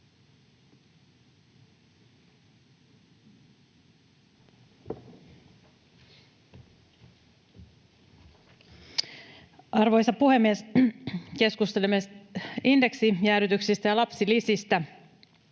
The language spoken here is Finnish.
Arvoisa puhemies! Keskustelemme indeksijäädytyksistä ja lapsilisistä.